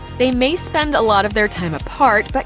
they may spend a lot of their time apart, but